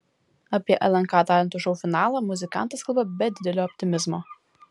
apie lnk talentų šou finalą muzikantas kalba be didelio optimizmo